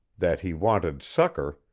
that he wanted succor,